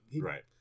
Right